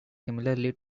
similarly